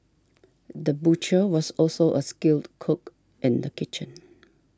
the butcher was also a skilled cook in the kitchen